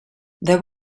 there